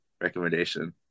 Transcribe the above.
recommendation